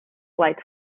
lights